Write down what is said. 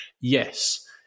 Yes